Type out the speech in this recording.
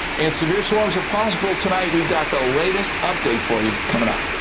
and severe storms are possible tonight. we've got the latest update for you coming ah